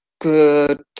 good